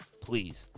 please